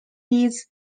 his